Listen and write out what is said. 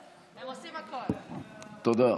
תודה.